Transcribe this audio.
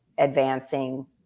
Advancing